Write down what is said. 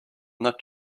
not